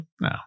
No